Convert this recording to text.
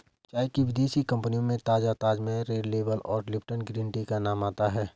चाय की विदेशी कंपनियों में ताजा ताजमहल रेड लेबल और लिपटन ग्रीन टी का नाम आता है